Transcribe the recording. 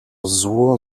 sur